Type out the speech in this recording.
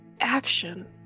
action